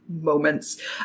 moments